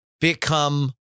become